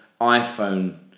iPhone